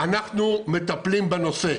אנחנו מטפלים בנושא.